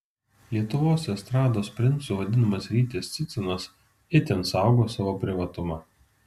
lietuvos estrados princu vadinamas rytis cicinas itin saugo savo privatumą